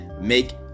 make